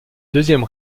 deuxième